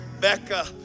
Becca